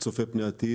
כצופה פני עתיד?